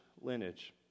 lineage